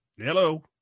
Hello